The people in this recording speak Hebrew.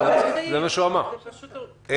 אבל צוק איתן הוא